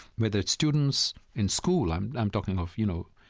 whether it's students in school i'm i'm talking of, you know,